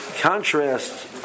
contrast